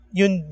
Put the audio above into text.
yun